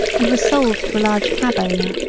and was sold to a large cab owner.